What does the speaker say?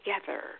Together